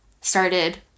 started